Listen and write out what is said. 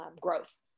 growth